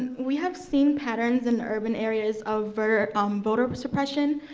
we have seen patterns in urban areas over um voter but suppression,